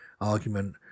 argument